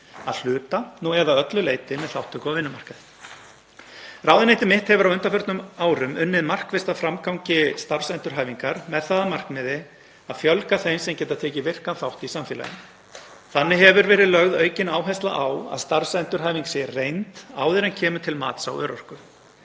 að hluta eða að öllu leyti, með þátttöku á vinnumarkaði. Ráðuneyti mitt hefur á undanförnum árum unnið markvisst að framgangi starfsendurhæfingar með það að markmiði að fjölga þeim sem geta tekið virkan þátt í samfélaginu. Þannig hefur verið lögð aukin áhersla á að starfsendurhæfing sé reynd áður en kemur til mats á örorku.